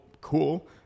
cool